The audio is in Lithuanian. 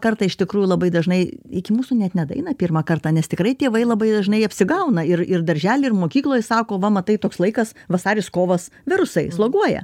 kartą iš tikrųjų labai dažnai iki mūsų net nedaeina pirmą kartą nes tikrai tėvai labai dažnai apsigauna ir ir daržely ir mokykloj sako va matai toks laikas vasaris kovas virusai sloguoja